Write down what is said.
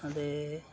ते